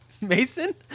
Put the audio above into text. Mason